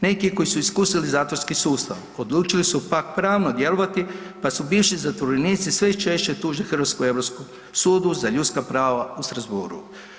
Neki koji su iskusili zatvorski sustav odlučili su pak pravno djelovati pa se bivši zatvorenici sve češće tuže Hrvatsku Europskom sudu za ljudska prava u Strasbourgu.